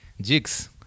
Jigs